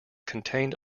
contained